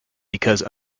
because